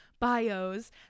bios